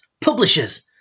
publishers